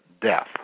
death